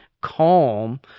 calm